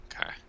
Okay